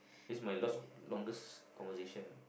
is my longest longest conversation